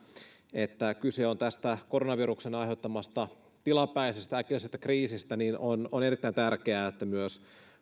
että kyse on tästä koronaviruksen aiheuttamasta tilapäisestä äkkinäisestä kriisistä niin on erittäin tärkeää että myös